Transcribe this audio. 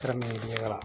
ഇത്തരം മീഡിയകളാണ്